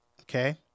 okay